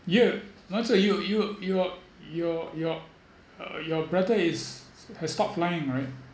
you you your your your uh your brother is has stopped flying right